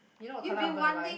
you know what colour I'm gonna buy